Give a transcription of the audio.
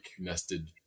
nested